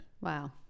Wow